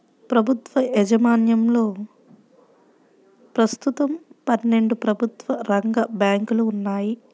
ప్రభుత్వ యాజమాన్యంలో ప్రస్తుతం పన్నెండు ప్రభుత్వ రంగ బ్యాంకులు ఉన్నాయి